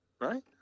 right